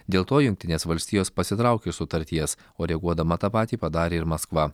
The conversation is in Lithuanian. dėl to jungtinės valstijos pasitraukė iš sutarties o reaguodama tą patį padarė ir maskva